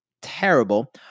terrible